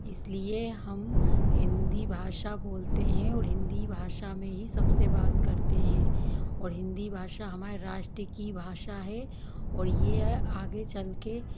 इसलिए हम हिंदी भाषा बोलते हैं और हिंदी भाषा में ही सबसे बात करते हैं और हिंदी भाषा हमारे राष्ट्र की भाषा है और यह आगे चल कर